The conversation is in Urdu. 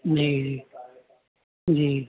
جی جی